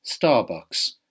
Starbucks